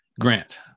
Grant